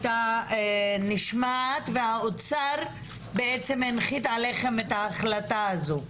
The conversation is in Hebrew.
נשמעה והאוצר בעצם הנחית עליכם את ההחלטה הזו.